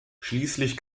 schließlich